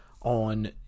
on